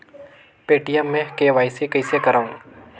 Paytm मे KYC कइसे करव?